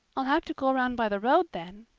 i'll have to go around by the road, then,